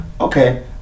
Okay